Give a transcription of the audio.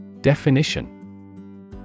Definition